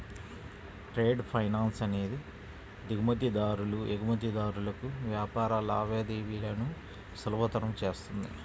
trade finance అనేది దిగుమతిదారులు, ఎగుమతిదారులకు వ్యాపార లావాదేవీలను సులభతరం చేస్తుంది